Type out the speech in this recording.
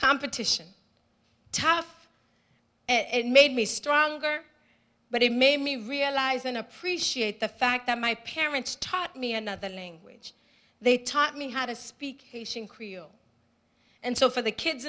competition tough and made me stronger but it made me realize and appreciate the fact that my parents taught me another language they taught me how to speak creole and so for the kids